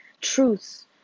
truths